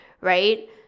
right